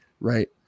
right